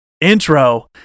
intro